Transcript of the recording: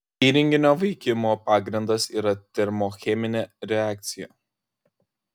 įrenginio veikimo pagrindas yra termocheminė reakcija